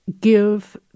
give